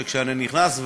וכשאני נכנס,